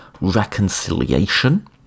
reconciliation